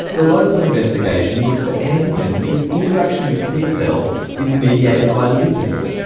the local investigation looked for antigens whose interaction with t-cells is mediated by lipids.